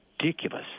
ridiculous